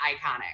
iconic